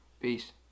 Peace